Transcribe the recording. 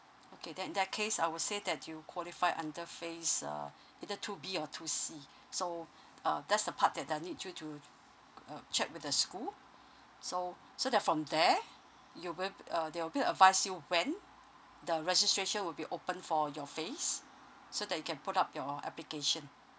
okay then in that case I will say that you qualify under phase uh either two B or two C so uh that's the part that I need you to uh check with the school so so that from there you will uh they will be advise you when the registration will be open for your phase so that you can put up your application